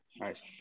Nice